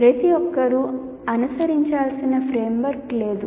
ప్రతి ఒక్కరూ అనుసరించాల్సిన ఫ్రేమ్వర్క్ లేదు